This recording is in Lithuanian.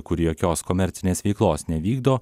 kur jokios komercinės veiklos nevykdo